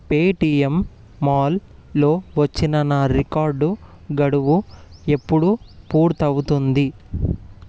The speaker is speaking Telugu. పేటీఎమ్ మాల్లో వచ్చిన నా రికార్డు గడువు ఎప్పుడు పూర్తి అవుతుంది